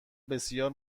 بسیار